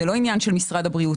זה לא עניין של משרד הבריאות.